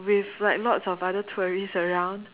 with like lots of other tourists around